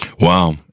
Wow